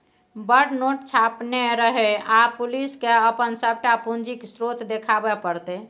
बड़ नोट छापने रहय आब पुलिसकेँ अपन सभटा पूंजीक स्रोत देखाबे पड़तै